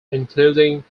including